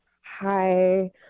Hi